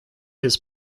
his